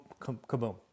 kaboom